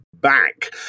back